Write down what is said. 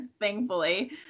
thankfully